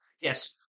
Yes